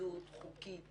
התאבדות חוקית.